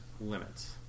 limits